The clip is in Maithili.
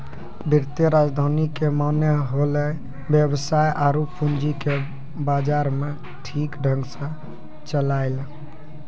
वित्तीय राजधानी के माने होलै वेवसाय आरु पूंजी के बाजार मे ठीक ढंग से चलैय